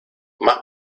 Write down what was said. mas